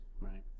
Right